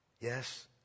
Yes